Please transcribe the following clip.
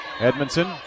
Edmondson